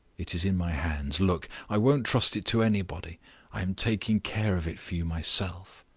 it is in my hands. look! i won't trust it to anybody i am taking care of it for you myself.